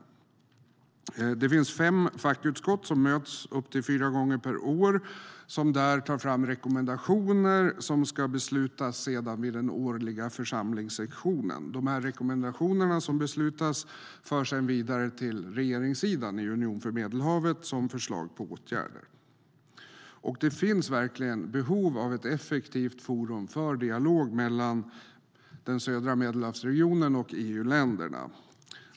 PA-UfM består av fem fackutskott som har möten upp till fyra gånger per år och tar fram rekommendationer som beslutas vid den årliga församlingssessionen. Rekommendationerna förs sedan vidare till regeringssidan i Union för Medelhavet som förslag på åtgärder. Det finns verkligen behov av ett effektivt forum för dialog mellan södra Medelhavsregionen och EU-länderna.